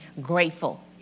grateful